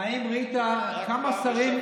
רק פעם בשבוע,